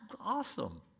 awesome